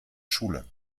schule